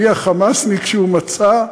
מי ה"חמאסניק" שהוא מצא?